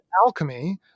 alchemy